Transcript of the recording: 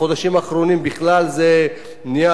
בחודשים האחרונים בכלל זה נהיה,